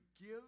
give